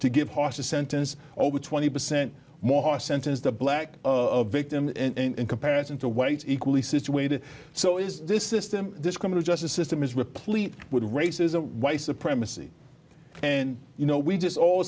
to give hasa sentence over twenty percent more sentence the black of victim in comparison to weight equally situated so is this system this criminal justice system is replete with racism white supremacy and you know we just all